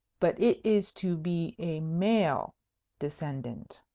but it is to be a male descendant.